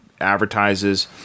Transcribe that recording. advertises